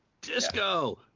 Disco